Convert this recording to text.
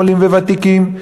עולים וותיקים,